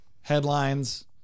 Headlines